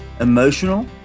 emotional